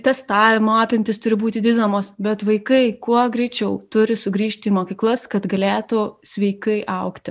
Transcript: testavimo apimtys turi būti didinamos bet vaikai kuo greičiau turi sugrįžti į mokyklas kad galėtų sveikai augti